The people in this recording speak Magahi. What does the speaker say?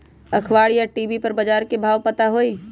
अखबार या टी.वी पर बजार के भाव पता होई?